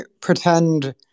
pretend